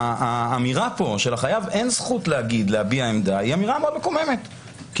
האמירה פה שלחייב אין זכות להביע עמדה היא אמירה מקוממת כי